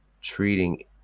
treating